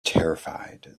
terrified